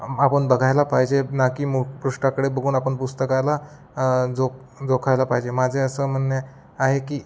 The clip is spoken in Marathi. आ आपण बघायला पाहिजे ना की मुखपृष्ठाकडे बघून आपण पुस्तकाला जोक जोखायला पाहिजे माझे असं म्हणणे आहे की